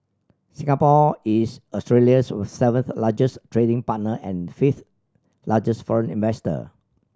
Singapore is Australia's seventh largest trading partner and fifth largest foreign investor